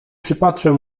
przypatrzę